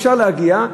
אפשר להגיע.